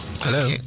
Hello